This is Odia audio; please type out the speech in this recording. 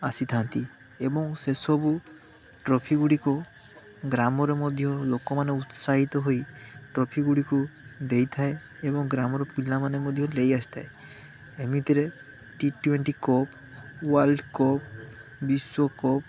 ଆସି ଥାଆନ୍ତି ଏବଂ ସେ ସବୁ ଟ୍ରଫି ଗୁଡ଼ିକୁ ଗ୍ରାମରେ ମଧ୍ୟ ଲୋକମାନେ ଉତ୍ସାହିତ ହୋଇ ଟ୍ରଫି ଗୁଡ଼ିକୁ ଦେଇଥାଏ ଏବଂ ଗ୍ରାମର ପିଲାମାନେ ମଧ୍ୟ ନେଇ ଆସିଥାଏ ଏମିତିରେ T twenty cup world cup ବିଶ୍ୱ କପ